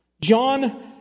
John